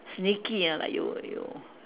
sneaky ah !aiyo! !aiyo!